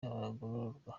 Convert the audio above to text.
abagororwa